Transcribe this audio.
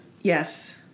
yes